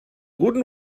guten